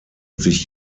sich